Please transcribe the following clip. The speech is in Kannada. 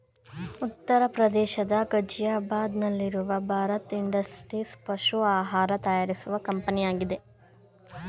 ಉತ್ತರ ಪ್ರದೇಶದ ಗಾಜಿಯಾಬಾದ್ ನಲ್ಲಿರುವ ಭಾರತ್ ಇಂಡಸ್ಟ್ರೀಸ್ ಪಶು ಆಹಾರ ತಯಾರಿಸುವ ಕಂಪನಿಯಾಗಿದೆ